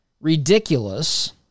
ridiculous